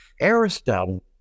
Aristotle